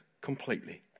completely